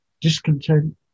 discontent